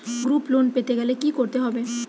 Group loan পেতে গেলে কি করতে হবে?